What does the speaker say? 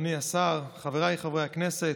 אדוני השר, חבריי חברי הכנסת,